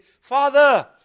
father